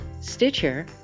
Stitcher